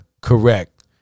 Correct